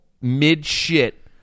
mid-shit